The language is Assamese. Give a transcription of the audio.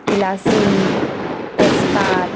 ইলাচি তেজপাত